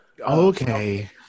Okay